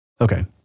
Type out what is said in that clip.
Okay